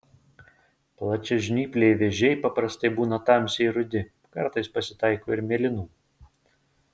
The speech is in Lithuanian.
plačiažnypliai vėžiai paprastai būna tamsiai rudi kartais pasitaiko ir mėlynų